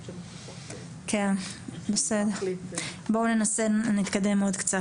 1. בואו ננסה להתקדם עוד קצת.